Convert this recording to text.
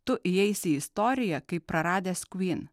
tu įeisi į istoriją kaip praradęs queen